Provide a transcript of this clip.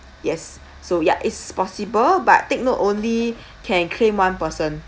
yes so ya it's possible but take note only can claim one person